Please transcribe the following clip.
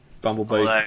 bumblebee